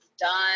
done